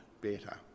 better